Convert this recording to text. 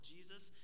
Jesus